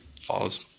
follows